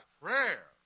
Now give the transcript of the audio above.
prayer